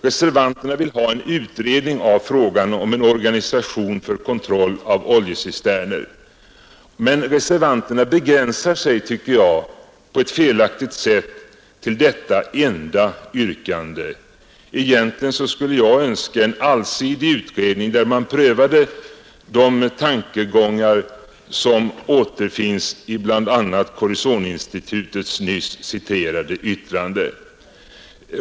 Reservanterna vill ha en utredning av frågan om en organisation för kontroll av oljecisterner, men reservanterna begränsar sig, tycker jag, på ett felaktigt sätt till detta enda yrkande. Egentligen skulle jag önska en allsidig utredning, där man prövade de tankegångar som återfinns i bl.a. Korrosionsinstitutets nyss citerade yttrande.